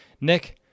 Nick